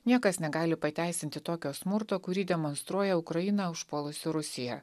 niekas negali pateisinti tokio smurto kurį demonstruoja ukrainą užpuolusi rusija